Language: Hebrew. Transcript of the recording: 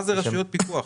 מה זה רשויות פיקוח?